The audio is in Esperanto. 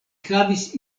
havis